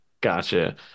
Gotcha